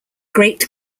great